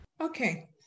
Okay